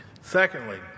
Secondly